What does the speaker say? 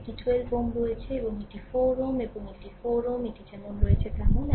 এটি 12 Ω রয়েছে এবং এটি 4 Ω এবং এই 4 Ω এটি যেমন রয়েছে তেমন